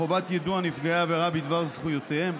חובת יידוע נפגעי עבירה בדבר זכויותיהם),